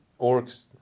orcs